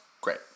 great